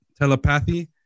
telepathy